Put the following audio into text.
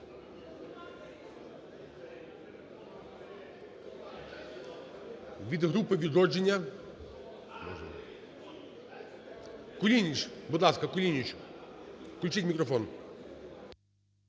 Від групи "Відродження" –Кулініч. Будь ласка, Кулініч. Включіть мікрофон.